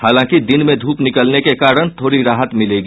हालांकि दिन में ध्रप निकलने के कारण थोड़ी राहत मिलेगी